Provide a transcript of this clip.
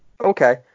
Okay